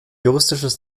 juristisches